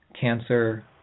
Cancer